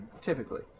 typically